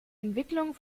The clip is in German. entwicklung